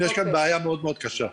יש כאן בעיה מאוד מאוד קשה.